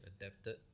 adapted